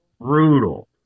brutal